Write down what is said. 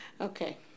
Okay